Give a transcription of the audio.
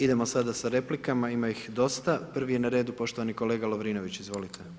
Idemo sada sa replikama ima ih dosta, prvi je na redu poštovani kolega Lovrinović, izvolite.